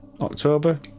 October